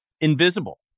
invisible